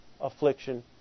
affliction